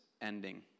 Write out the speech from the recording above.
ending